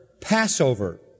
Passover